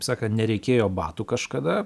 sakant nereikėjo batų kažkada